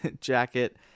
jacket